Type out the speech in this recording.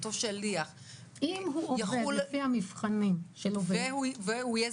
שליח --- אם הוא עובד לפי המבחנים של עובד --- והוא יהיה